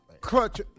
clutch